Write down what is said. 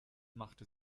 machte